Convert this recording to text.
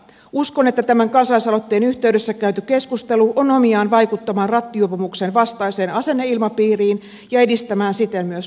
uskon että tämän kansalaisaloitteen yhteydessä käyty keskustelu on omiaan vaikuttamaan rattijuopumuksen vastaiseen asenneilmapiiriin ja edistämään siten myös liikenneturvallisuustyötä